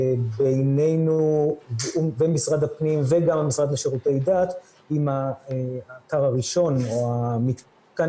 בינינו לבין משרד הפנים וגם המשרד לשירותי דת עם האתר הראשון או המתקן